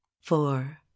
four